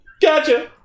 Gotcha